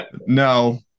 No